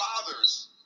fathers